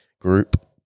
group